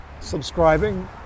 subscribing